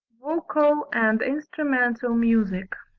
vocal and instrumental music.